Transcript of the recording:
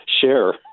share